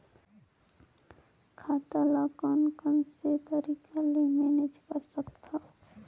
खाता ल कौन कौन से तरीका ले मैनेज कर सकथव?